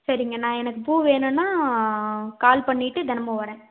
சரிங்க நான் எனக்கு பூ வேணுன்னால் கால் பண்ணிட்டு தினமும் வரேன்